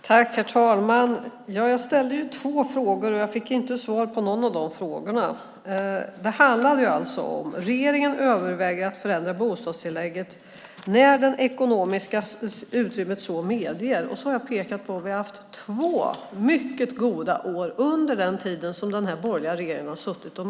Herr talman! Jag ställde två frågor, och jag fick inte svar på någon av de frågorna. Det handlade alltså om att regeringen överväger att förändra bostadstillägget när det ekonomiska utrymmet så medger. Så har jag pekat på att vi har haft två mycket goda år under den tid som den här borgerliga regeringen har suttit vid makten.